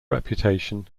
reputation